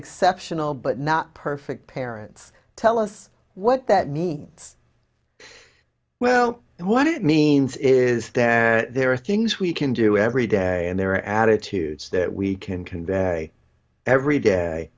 exceptional but not perfect parents tell us what that means well and what it means is that there are things we can do every day and their attitudes that we can convey every day